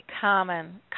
common